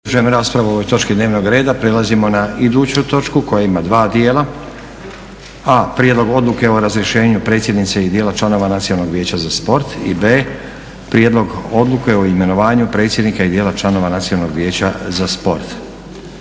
Nenad (SDP)** Prelazimo na iduću točku koja ima dva djela: - A/ Prijedlog odluke o razrješenju predsjednice i djela članova Nacionalnog vijeća za sport. - B/ Prijedlog odluke o imenovanju predsjednika i djela članova Nacionalnog vijeća za sport.